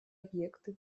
объекты